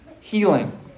healing